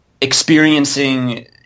experiencing